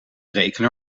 reken